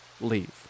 leave